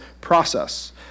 process